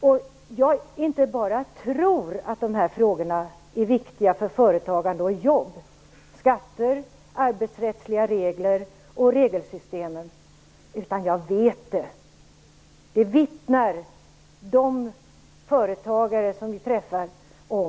Jag inte bara tror att de här frågorna är viktiga för företagande och jobb - alltså skatter, arbetsrättsliga regler och regelsystem - utan jag vet det. Det vittnar oupphörligen de företagare vi träffar om.